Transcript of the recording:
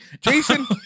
Jason